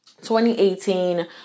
2018